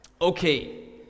Okay